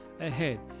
ahead